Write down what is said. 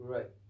Right